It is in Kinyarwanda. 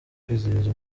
kwizihiza